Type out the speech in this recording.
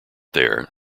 there